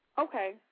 Okay